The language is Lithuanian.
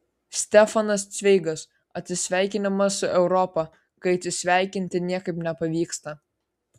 stefanas cveigas atsisveikinimas su europa kai atsisveikinti niekaip nepavyksta